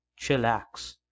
chillax